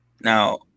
Now